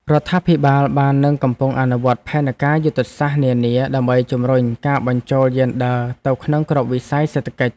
រដ្ឋាភិបាលបាននិងកំពុងអនុវត្តផែនការយុទ្ធសាស្ត្រនានា ដើម្បីជំរុញការបញ្ចូលយេនឌ័រទៅក្នុងគ្រប់វិស័យសេដ្ឋកិច្ច។